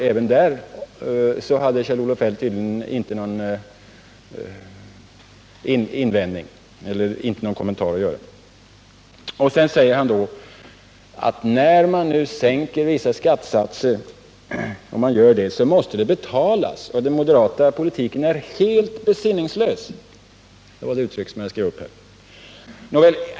Även här hade Kjell-Olof Feldt tydligen inte någon kommentar att göra. Sedan säger Kjell-Olof Feldt: Om man nu sänker vissa skattesatser måste detta betalas, och den moderata politiken är helt besinningslös — det var ett uttryck som jag skrev upp. Nåväl!